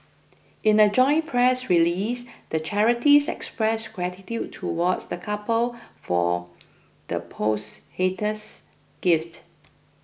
in a joint press release the charities expressed gratitude towards the couple for the post haters gift